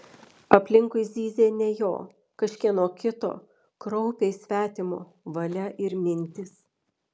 aplinkui zyzė ne jo kažkieno kito kraupiai svetimo valia ir mintys